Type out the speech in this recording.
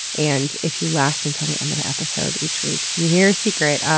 and if you last until the end of the episode each week, you hear a secret!